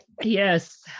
yes